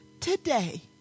today